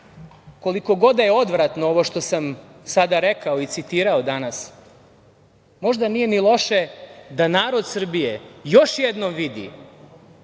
koliko god da je odvratno ovo što sam sada rekao i citirao danas, možda nije ni loše da narod Srbije još jednom vidi